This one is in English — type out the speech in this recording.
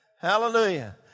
Hallelujah